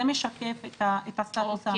זה משקף את הסטטוס האמיתי.